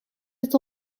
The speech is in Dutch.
het